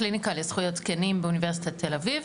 הקליניקה לזכויות זקנים באוניברסיטת תל אביב.